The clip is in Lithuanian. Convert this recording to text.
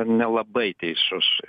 nelabai teisus